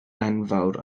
enfawr